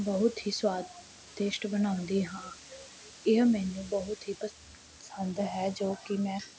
ਬਹੁਤ ਹੀ ਸਵਾਦਿਸ਼ਟ ਬਣਾਉਦੀ ਹਾਂ ਇਹ ਮੈਨੂੰ ਬਹੁਤ ਹੀ ਪਸੰਦ ਹੈ ਜੋ ਕਿ ਮੈਂ